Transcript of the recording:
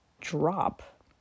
drop